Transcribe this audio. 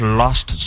lost